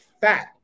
fat